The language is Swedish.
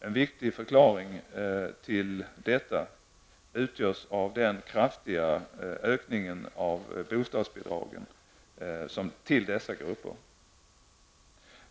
En viktig förklaring till detta utgörs av den kraftiga ökningen av bostadsbidragen till dessa grupper.